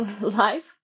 life